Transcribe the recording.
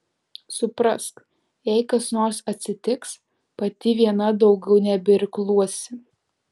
suprask jei kas nors atsitiks pati viena daugiau nebeirkluosi